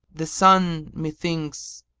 the sun, methinks,